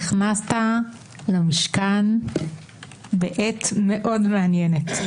נכנסת למשכן בעת מאוד מעניינת.